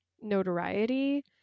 notoriety